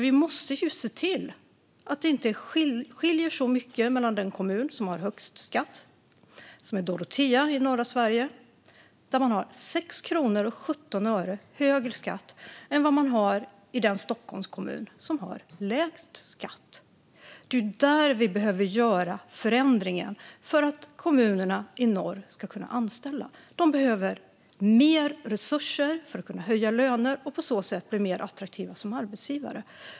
Vi måste nämligen se till att det inte skiljer så mycket som det gör mellan den kommun som har högst skatt, vilket är Dorotea i norra Sverige, och den Stockholmskommun som har lägst skatt. I Dorotea har man 6 kronor och 17 öre mer i skatt. Det är där vi behöver göra förändringar för att kommunerna i norr ska kunna anställa. De behöver mer resurser för att kunna höja löner och på så sätt bli mer attraktiva som arbetsgivare.